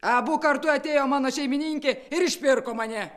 abu kartu atėjo mano šeimininkė ir išpirko mane